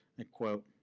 i quote,